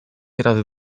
razy